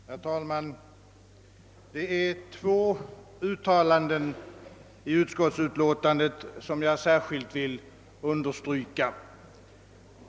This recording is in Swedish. Herr talman! Det är två uttalanden i utskottsutlåtandet som jag särskilt vill understryka.